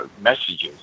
messages